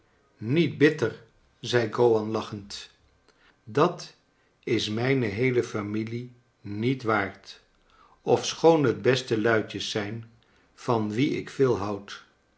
niet bitter zei gowan lachend dat is mijne heele familie niet waard ofschoon het beste luidjes zijn van wie ik veel houd